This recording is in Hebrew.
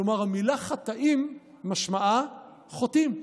כלומר, המילה "חטאים" משמעה חוטאים.